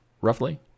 roughly